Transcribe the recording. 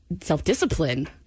self-discipline